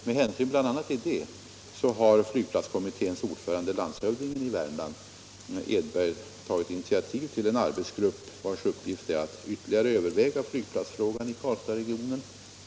Med hänsyn bl.a. till dessa förhållanden har flygplatskommitténs ordförande, landshövdingen i Värmlands län Rolf Edberg, tagit initiativ till en arbetsgrupp, vars uppgift är att ytterligare överväga flygplatsfrågan i Karlstadsregionen.